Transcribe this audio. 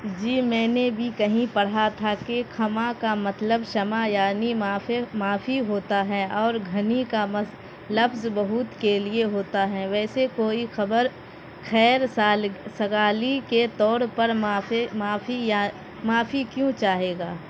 جی میں نے بھی کہیں پڑھا تھا کہ کھما کا مطلب شمع یعنی معافے معافی ہوتا ہے اور گھنی کا لفظ بہت کے لیے ہوتا ہے ویسے کوئی خبر خیر سگالی کے طور پر معافے معافی معافی کیوں چاہے گا